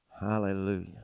Hallelujah